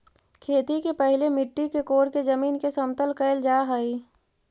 खेती के पहिले मिट्टी के कोड़के जमीन के समतल कैल जा हइ